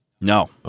no